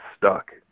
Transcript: stuck